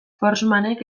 forssmanek